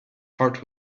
heart